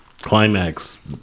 Climax